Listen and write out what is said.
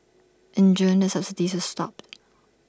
in June the subsidies stopped